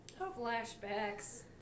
Flashbacks